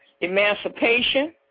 emancipation